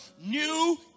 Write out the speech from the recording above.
New